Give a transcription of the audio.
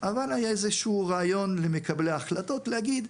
אבל היה איזשהו רעיון למקבלי ההחלטות להגיד,